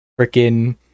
freaking